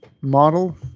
model